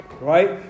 Right